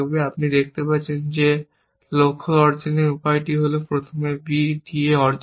আপনি দেখতে পাচ্ছেন যে লক্ষ্য অর্জনের উপায় হল প্রথমে b d এ অর্জন করা